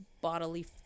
bodily